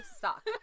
suck